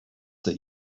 that